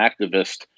activist